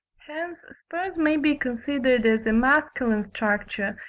hence spurs may be considered as a masculine structure,